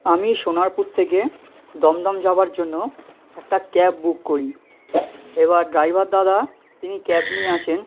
আমি সোনারপুর থেকে দমদম যাবার জন্য একটা ক্যাব বুক করি এবার ড্রাইভার দাদা তিনি ক্যাব নিয়ে আসেন